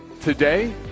Today